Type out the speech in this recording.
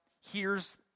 hears